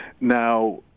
Now